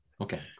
Okay